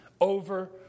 over